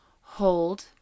hold